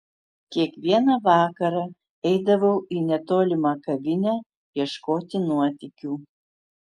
kiekvieną vakarą eidavau į netolimą kavinę ieškoti nuotykių